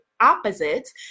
opposites